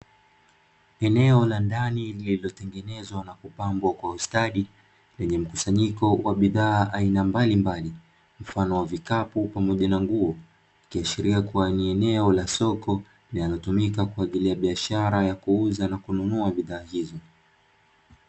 Eneo la ndani lililotengenezwa na kupambwa kwa ustadi, lenye mkusanyiko wa bidhaa aina mbalimbali mfano wa vikapu pamoja na nguo. Ikiashiria kuwa ni eneo la soko linalotumika kwa ajili ya biashara ya kuuza na kununua bidhaa hizo.